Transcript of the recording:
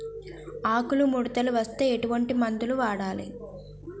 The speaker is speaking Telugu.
ఆకులు ముడతలు వస్తే ఎటువంటి మందులు వాడాలి?